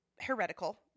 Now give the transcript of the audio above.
heretical